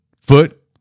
Foot